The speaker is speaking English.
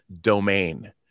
Domain